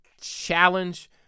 challenge